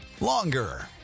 longer